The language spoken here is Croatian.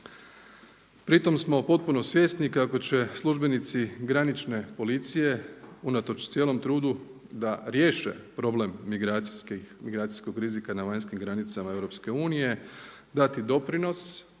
Pri tom smo potpuno svjesni kako će službenici granične policije unatoč cijelom trudu da riješe problem migracijskog rizika na vanjskih granicama EU dati doprinos